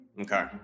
Okay